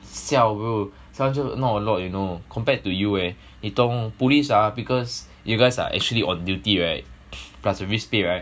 siao bro seven hudred not a lot you know compared to you eh 你懂 police ah because you guys are actually on duty right plus the risk pay right